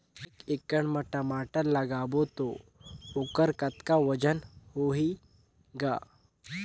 एक एकड़ म टमाटर लगाबो तो ओकर कतका वजन होही ग?